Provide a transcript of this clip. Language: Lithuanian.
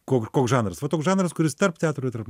kok koks žanras va toks žanras kuris tarp teatro tarp